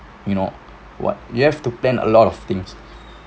you know you have to plan a lot of things